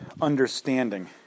understanding